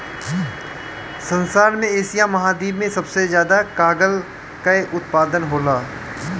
संसार में एशिया महाद्वीप से सबसे ज्यादा कागल कअ उत्पादन होला